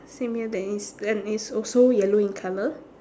same here then is then it's also yellow in colour